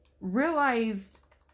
realized